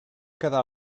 quedar